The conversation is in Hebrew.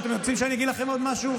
אתם רוצים שאני אגיד לכם עוד משהו?